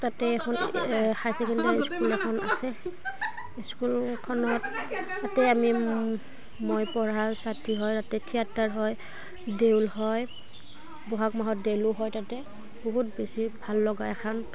তাতে এখন high secondary school এখন আছে স্কুলখনত তাতে আমি মই পঢ়া ছাত্ৰী হয় তাতে থিয়েটাৰ হয় দেউল হয় ব'হাগ মাহত দেউলো হয় তাতে বহুত বেছি ভাল লগা এখন